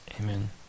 Amen